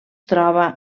troba